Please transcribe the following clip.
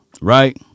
Right